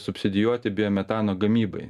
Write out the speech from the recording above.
subsidijuoti biometano gamybai